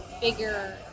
bigger